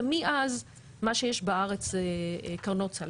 ומאז מה שיש בארצות זה קרנות סל.